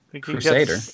crusader